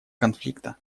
конфликта